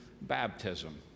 baptism